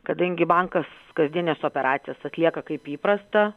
kadangi bankas kasdienes operacijas atlieka kaip įprasta